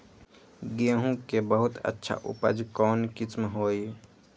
गेंहू के बहुत अच्छा उपज कौन किस्म होई?